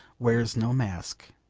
wears no mask.